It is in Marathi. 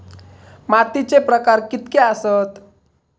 मातीचे प्रकार कितके आसत?